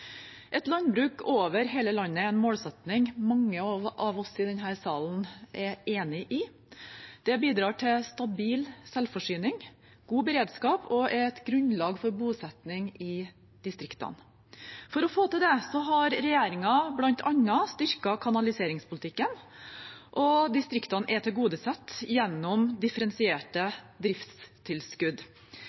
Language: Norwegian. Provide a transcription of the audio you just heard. Et landbruk over hele landet er en målsetting mange av oss i denne salen er enig i. Det bidrar til stabil selvforsyning, god beredskap og er et grunnlag for bosetting i distriktene. For å få til det har regjeringen bl.a. styrket kanaliseringspolitikken, og distriktene er tilgodesett gjennom differensierte driftstilskudd.